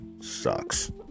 sucks